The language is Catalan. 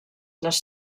les